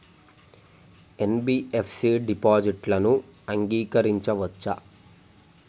NBFC డిపాజిట్లను అంగీకరించవచ్చా?